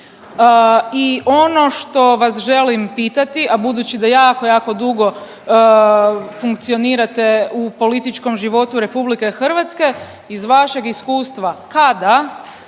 i ono što vas želim pitati, a budući da jako, jako dugo funkcionirate u političkom životu RH, iz vašeg iskustva, kada